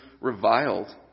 reviled